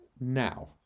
now